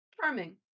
Charming